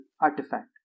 artifact